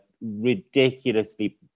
ridiculously